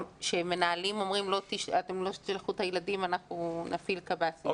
שמנהלים אומרים להם שאם הם לא ישלחו את הילדים הם יפעילו קב"סים.